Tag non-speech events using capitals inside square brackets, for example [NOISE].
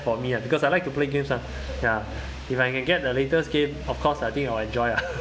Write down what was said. for me uh because I like to play games ah ya if I can get the latest game of course I think I'll enjoy lah [LAUGHS]